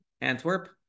Antwerp